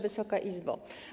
Wysoka Izbo!